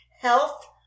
health